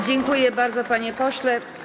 Dziękuję bardzo, panie pośle.